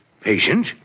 Patient